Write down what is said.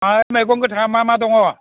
आमफाय मैगं गोथाङा मा मा दङ